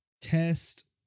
test